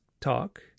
talk